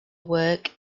work